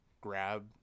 grab